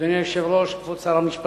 אדוני היושב-ראש, כבוד שר המשפטים,